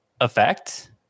effect